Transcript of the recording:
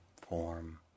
form